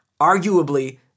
arguably